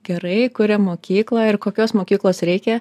gerai kurią mokyklą ir kokios mokyklos reikia